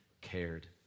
cared